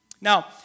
Now